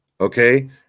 Okay